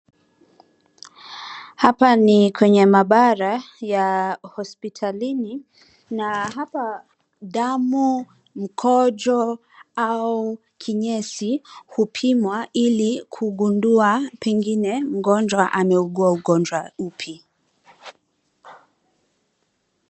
Hapa ni kwenye mahabara ya hospitalini na hapa damu, mkojo au kinyesi hupimwa ili kugundua pengine mgonjwa ameugua ugonjwa upi.